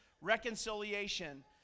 Reconciliation